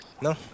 No